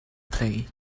play